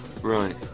Right